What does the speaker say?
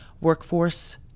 workforce